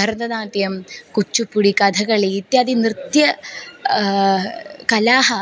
भरतनाट्यं कुच्चुपुडि कथगळि इत्यादि नृत्य कलाः